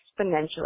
exponentially